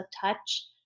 touch